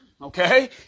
Okay